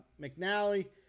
McNally